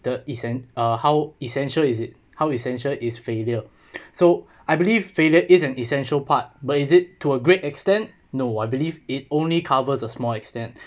the essen~ uh how essential is it how essential is failure so I believe failure is an essential part but is it to a great extent no I believe it only covers a small extent